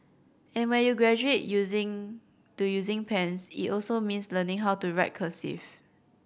and when you graduate using to using pens it also means learning how to write cursive